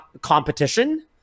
competition